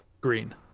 green